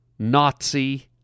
Nazi